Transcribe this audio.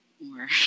more